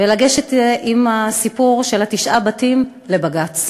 ולגשת עם הסיפור של תשעת הבתים לבג"ץ.